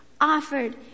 offered